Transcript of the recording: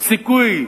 "סיכוי",